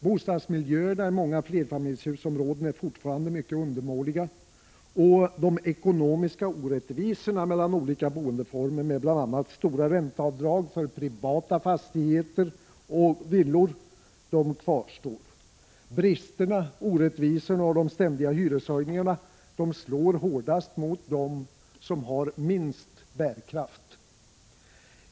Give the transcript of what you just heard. Bostadsmiljöerna i många flerfamiljshusområden är fortfarande mycket undermåliga, och de ekonomiska orättvisorna mellan olika boendeformer med bl.a. stora ränteavdrag för privata fastigheter och villor kvarstår. Bristerna, orättvisorna och de ständiga hyreshöjningarna slår hårdast mot den som har minst bärkraft.